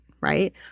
right